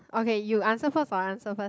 okay you answer first or I answer first